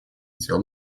дел